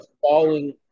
falling